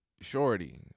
shorty